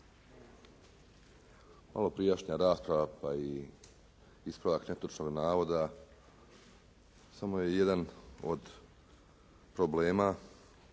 malo prijašnja rasprava i ispravak netočnog navoda samo je jedan od problema